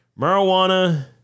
marijuana